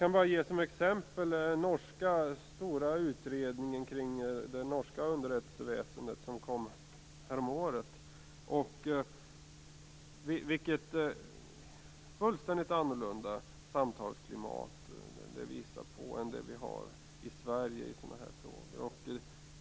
Jag kan ge som exempel den stora utredningen kring det norska underrättelseväsendet som kom häromåret. Det visar på ett fullständigt annorlunda samtalsklimat än vi har i Sverige i sådana frågor.